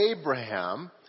Abraham